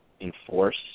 enforce